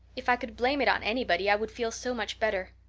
if i could blame it on anybody i would feel so much better.